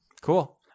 Cool